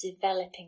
developing